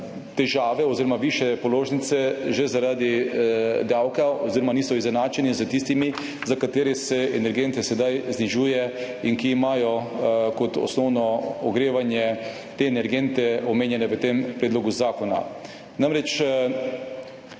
težave oziroma višje položnice že zaradi davka oziroma niso izenačeni s tistimi, za katere se energente sedaj znižuje in ki imajo za osnovno ogrevanje te energente, omenjene v tem predlogu zakona. Po